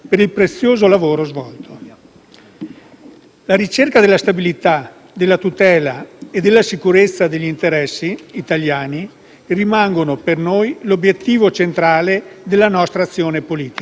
La ricerca della stabilità, della tutela e della sicurezza degli interessi italiani rimangono per noi l'obiettivo centrale della nostra azione politica.